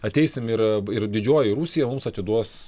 ateisim ir ir didžioji rusija mums atiduos